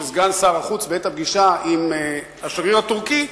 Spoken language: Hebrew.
סגן שר החוץ בעת הפגישה עם השגריר הטורקי,